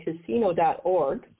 Casino.org